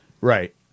right